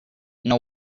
know